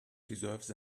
deserves